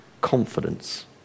confidence